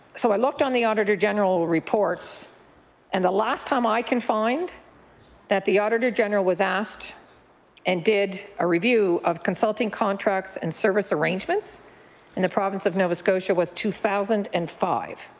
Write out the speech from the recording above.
so i looked on the auditor general report and the last time i can find that the auditor general was asked and did a review of consulting contracts and service arrangements in the province the nova scotia was two thousand and five.